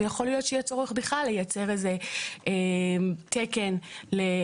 ויכול להיות שיהיה צורך בכלל לייצר איזה תקן לחוזים